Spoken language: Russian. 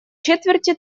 четверти